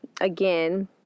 again